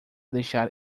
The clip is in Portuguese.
deixar